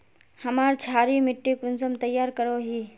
हमार क्षारी मिट्टी कुंसम तैयार करोही?